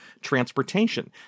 transportation